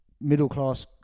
middle-class